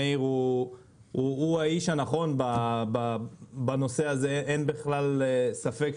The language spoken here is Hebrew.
מאיר הוא האיש הנכון בנושא הזה, אין בכלל ספק.